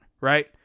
right